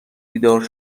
بیدار